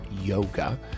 yoga